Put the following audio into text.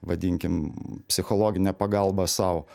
vadinkim psichologinė pagalba sau